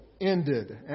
ended